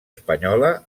espanyola